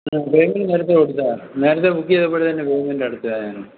payment നേരത്തെ കൊടുത്തതാണ് നേരത്തെ ബുക്ക് ചെയ്തപ്പോൾ തന്നെ പേയ്മെൻറ് അടച്ചതാണ് ഞാൻ